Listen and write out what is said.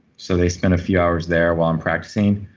so they spent a few hours there while i'm practicing.